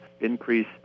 increase